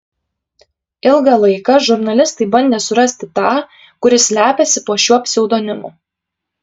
ilgą laiką žurnalistai bandė surasti tą kuris slepiasi po šiuo pseudonimu